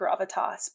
gravitas